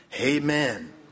Amen